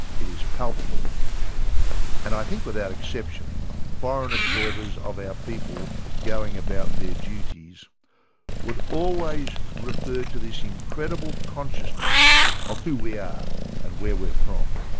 it is palpable and i think without exception foreign observers of our people going about their duties would always refer to this incredible consciousness of who we are and where we're from.